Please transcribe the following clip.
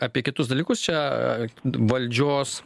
apie kitus dalykus čia valdžios